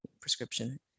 prescription